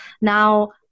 Now